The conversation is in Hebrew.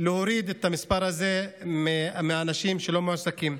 להוריד את המספר הזה של האנשים שלא מועסקים.